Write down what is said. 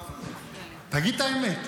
--- תגיד את האמת.